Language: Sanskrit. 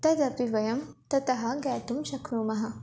तदपि वयं ततः ज्ञातुं शक्नुमः